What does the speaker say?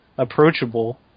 approachable